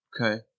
Okay